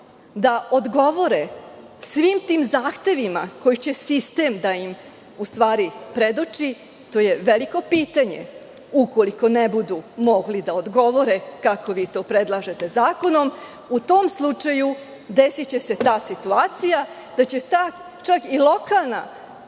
da odgovore svim tim zahtevima koje će sistem da im predoči, to je veliko pitanje. Ukoliko ne budu mogli da odgovore kako vi to predlažete zakonom, u tom slučaju desiće se ta situacija, da će ta, čak i lokalna